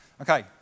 Okay